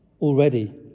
already